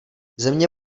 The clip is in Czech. země